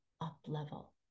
up-level